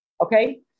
Okay